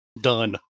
Done